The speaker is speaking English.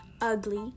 ugly